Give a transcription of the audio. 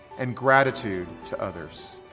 and gratitude to others.